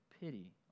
pity